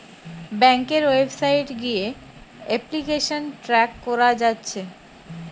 ব্যাংকের ওয়েবসাইট গিয়ে application track কোরা যাচ্ছে